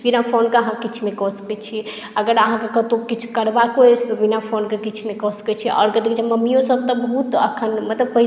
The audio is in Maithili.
बिना फोनके अहाँ किछु नहि कऽ सकैत छी अगर अहाँकेँ कतहु किछु करबाको अछि तऽ बिना फोनके किछु नहि कऽ सकैत छी आओर कथी कहैत छै मम्मियोसभ एखन मतलब पहिने तऽ